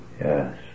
Yes